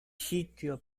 sitio